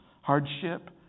hardship